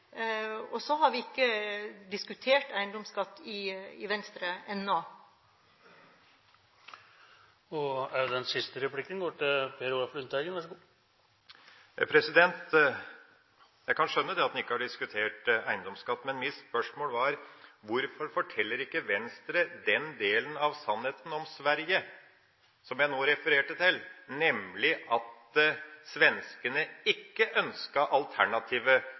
modell. Så har vi ikke diskutert eiendomsskatt i Venstre ennå. Jeg kan skjønne at en ikke har diskutert eiendomsskatt. Men mitt spørsmål var: Hvorfor forteller ikke Venstre den delen av sannheten om Sverige som jeg nå refererte til, nemlig at svenskene ikke ønsket alternativet